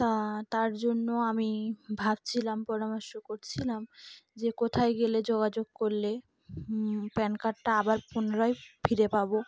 তা তার জন্য আমি ভাবছিলাম পরামর্শ করছিলাম যে কোথায় গেলে যোগাযোগ করলে প্যান কার্ডটা আবার পুনরায় ফিরে পাবো